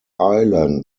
island